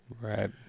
right